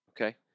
Okay